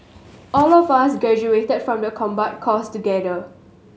all of us graduated from the combat course together